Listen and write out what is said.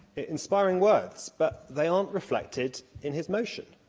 inspiring words, but they aren't reflected in his motion,